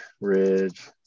ridge